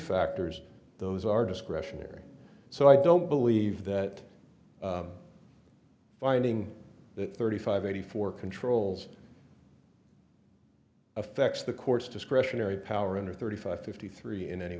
factors those are discretionary so i don't believe that finding that thirty five eighty four controls affects the court's discretionary power under thirty five fifty three in any